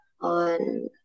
on